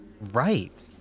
Right